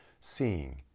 seeing